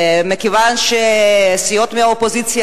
ומכיוון שסיעות מהאופוזיציה,